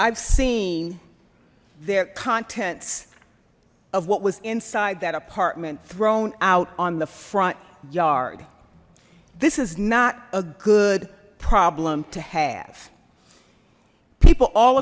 i've seen their contents of what was inside that apartment thrown out on the front yard this is not a good problem to have people all